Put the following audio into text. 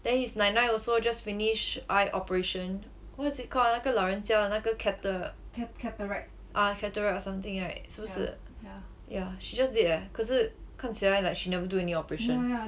then his 奶奶 also just finish eye operation what's it called 那个老人家那个 cata~ ah cataract or something right 是不是 yeah she just did eh 可是看起来 like she never do any operation